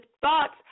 thoughts